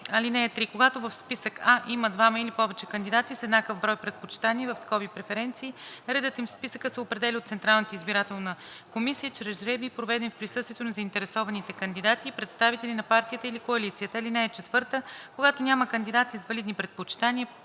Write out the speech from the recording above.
Б. (3) Когато в списък А има двама или повече кандидати с еднакъв брой предпочитания (преференции), редът им в списъка се определя от общинската избирателна комисия чрез жребий, проведен в присъствието на заинтересованите кандидати и представители на партията или коалицията. (4) Когато няма кандидати с валидни предпочитания